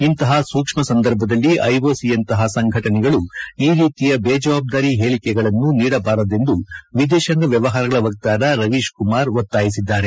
ಇಂತಹ ಸೂಕ್ಷ್ಮ ಸಂದರ್ಭದಲ್ಲಿ ಓಐಸಿ ಯಂತಹ ಸಂಘಟನೆಗಳು ಈ ರೀತಿಯ ಬೇಜವಾಬ್ದಾರಿ ಹೇಳಿಕೆಗಳನ್ನು ನೀಡಬಾರದೆಂದು ವಿದೇಶಾಂಗ ವ್ಯವಹಾರಗಳ ವಕ್ತಾರ ರವೀಶ್ ಕುಮಾರ್ ಒತ್ತಾಯಿಸಿದ್ದಾರೆ